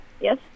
Yes